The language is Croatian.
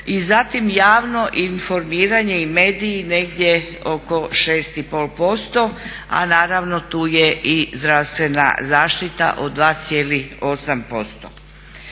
i zatim javno informiranje i mediji negdje oko 6,5%, a naravno tu je i zdravstvena zaštita od 2,8%.